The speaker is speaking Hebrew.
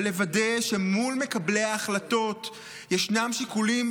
ולוודא שמול מקבלי ההחלטות ישנם שיקולים